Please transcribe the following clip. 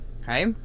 Okay